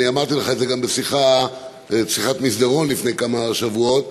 ואמרתי לך את זה גם בשיחת מסדרון לפני כמה שבועות,